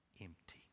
empty